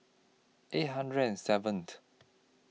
eight hundred and seventh